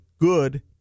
good